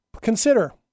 Consider